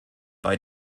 bei